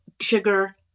sugar